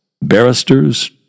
Barristers